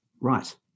Right